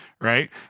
right